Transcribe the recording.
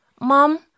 Mom